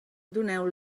doneu